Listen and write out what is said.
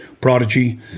Prodigy